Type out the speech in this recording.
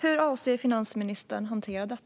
Hur avser finansministern att hantera detta?